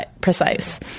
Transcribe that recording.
precise